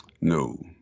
No